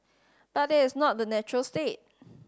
but that is not the natural state